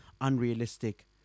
unrealistic